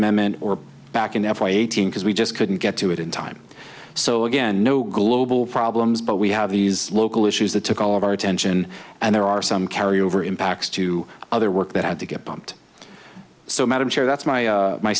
amendment or back in f y eighteen because we just couldn't get to it in time so again no global problems but we have these local issues that took all of our attention and there are some carryover impacts to other work that had to get pumped so madam chair that's my